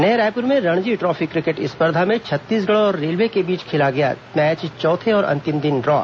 नया रायपुर में Ranji Trophy cricket स्पर्धा में छत्तीसगढ़ और रेलवे के बीच खेला गया मैच चौथे और अंतिम दिन ड्रॉ